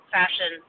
fashion